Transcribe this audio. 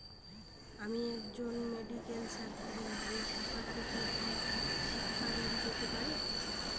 আমি একজন মেডিক্যাল ছাত্রী এই শাখা থেকে কি শিক্ষাঋণ পেতে পারি?